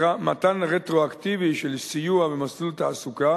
מתן רטרואקטיבי של סיוע במסלול תעסוקה